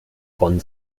von